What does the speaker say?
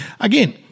Again